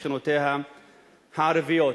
בין ישראל לבין שכנותיה הערביות.